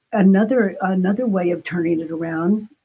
another another way of turning it around.